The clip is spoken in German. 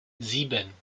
sieben